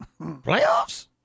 Playoffs